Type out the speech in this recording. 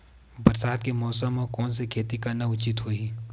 बरसात के मौसम म कोन से खेती करना उचित होही?